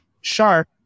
sharp